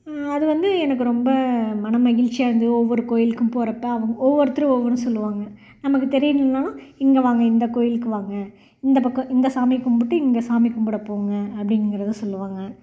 அது வந்து எனக்கு ரொம்ப மனமகிழ்ச்சியாக இருந்துது ஒவ்வொரு கோயிலுக்கும் போறப்போ ஒவ்வொருத்தரும் ஒவ்வொன்று சொல்லுவாங்க நமக்கு தெரியனும்ன்னா இங்கே வாங்க இந்த கோவிலுக்கு வாங்க இந்த பக்கம் இந்த சாமியை கும்பிட்டு இந்து சாமியை கும்பிட போங்க அப்டிங்குறதை சொல்லுவாங்க